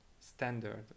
standard